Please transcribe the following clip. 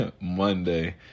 Monday